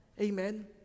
Amen